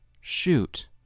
shoot